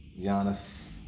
Giannis